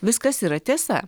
viskas yra tiesa